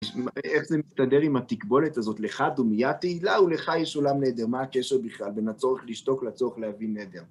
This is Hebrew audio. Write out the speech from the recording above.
איך זה מסתדר עם התקבולת הזאת? לך דומיית תהילה ולך יש עולם נדר. מה הקשר בכלל בין הצורך לשתוק לצורך להבין נהדר?